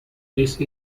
these